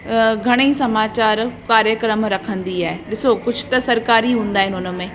घणेई समाचार कार्यक्रम रखंदी आहे ॾिसो कुझु त सरकारी हूंदा आहिनि हुन में